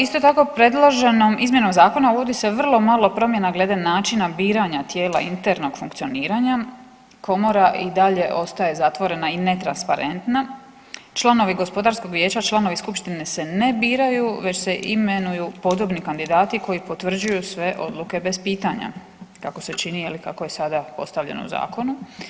Isto tako, predloženom izmjenom Zakona uvodi se vrlo malo promjena glede načina biranja tijela internog funkcioniranja, Komora i dalje ostaje zatvorena i netransparentna, članovi Gospodarskog vijeća, članovi Skupštine se ne biraju već se imenuju podobni kandidati koji potvrđuju sve odluke bez pitanja, kako se čini, je li, kako je sada postavljeno u Zakonu.